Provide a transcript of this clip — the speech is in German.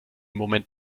moment